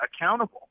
accountable